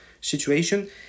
situation